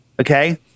Okay